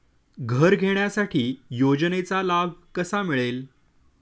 घर घेण्यासाठी योजनेचा लाभ कसा मिळेल?